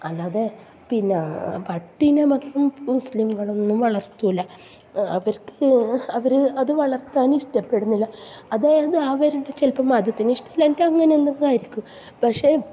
അല്ലാതെ പിന്നെ പട്ടീനെ മാത്രം മുസ്ലീങ്ങൾ ഒന്നും വളർത്തൂല അവർക്ക് അവർ അത് വളർത്താനിഷ്ടപ്പെടുന്നില്ല അതായത് അവരുടെ ചിലപ്പോൾ മതത്തിന് ഇഷ്ടമല്ലാഞ്ഞിട്ടോ അങ്ങനെ എന്തെങ്കിലും ആയിരിക്കും പക്ഷേ